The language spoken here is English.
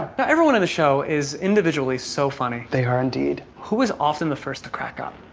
now everyone in the show is individually so funny. they are indeed. who is often the first to crack up?